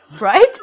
right